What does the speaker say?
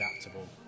adaptable